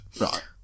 Right